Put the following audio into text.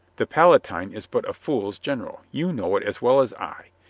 the palatine is but a fool's general. you know it as well as i.